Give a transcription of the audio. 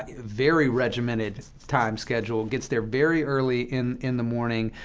very regimented time schedule, gets there very early in in the morning.